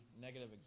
negative